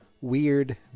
weird